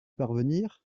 parvenir